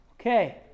Okay